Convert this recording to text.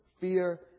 fear